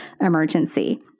emergency